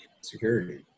Security